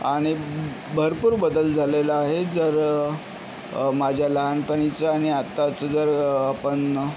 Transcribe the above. आणि भरपूर बदल झालेला आहे जर माझ्या लहानपणीचा आणि आत्ताचा जर आपण